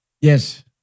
Yes